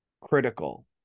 Critical